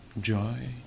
joy